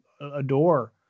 adore